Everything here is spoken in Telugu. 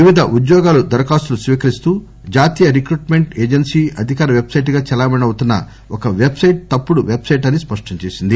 వివిధ ఉద్యోగాలు దరఖాస్తులు స్పీకరిస్తూ జాతీయ రిక్రూట్ మెంట్ ఏజెన్సీ అధికార పెట్ సైట్ గా చలామణి అవుతున్న ఒక పెట్ సైట్ తప్పుడు పెట్ సైట్ అని స్పష్టంచేసింది